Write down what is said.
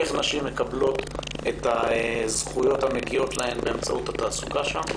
איך נשים מקבלות את הזכויות המגיעות להן באמצעות התעסוקה שם.